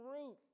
Ruth